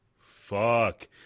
fuck